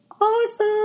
awesome